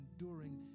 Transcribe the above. enduring